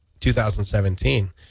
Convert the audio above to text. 2017